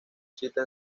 cita